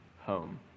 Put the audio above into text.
Home